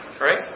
Right